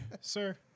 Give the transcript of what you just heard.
Sir